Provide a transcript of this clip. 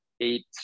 eight